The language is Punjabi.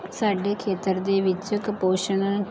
ਸਾਡੇ ਖੇਤਰ ਦੇ ਵਿੱਚ ਕੁਪੋਸ਼ਣ